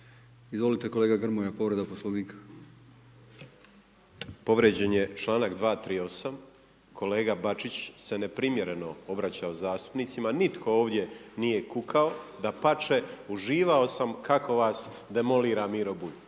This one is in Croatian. Izvolite kolega Grmoja, povreda Poslovnika. **Grmoja, Nikola (MOST)** Povrijeđen je članak 238. Kolega Bačić se neprimjereno obraća zastupnicima. Nitko ovdje nije kukao. Dapače, uživao sam kako vas demolira Miro Bulj.